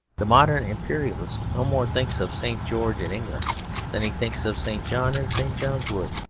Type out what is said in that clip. the modern imperialist no more thinks of st. george in england than he thinks of st. john in st. john's wood.